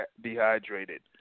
dehydrated